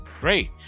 Great